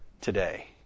today